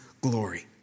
glory